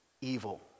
evil